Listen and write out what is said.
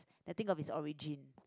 and think of its origin